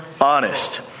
honest